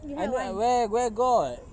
I know at where where got